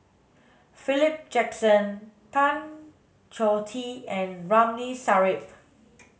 Philip Jackson Tan Choh Tee and Ramli Sarip